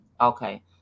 okay